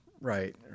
right